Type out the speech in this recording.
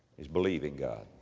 it's believing god.